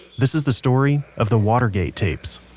this is the story, of the watergate tapes,